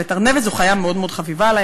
ארנבת זו חיה מאוד מאוד חביבה עלי,